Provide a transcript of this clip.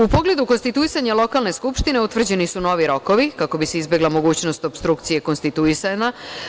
U pogledu konstituisanja lokalne skupštine utvrđeni su novi rokovi kako bi se izbegla mogućnost opstrukcije konstituisanja.